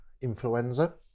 influenza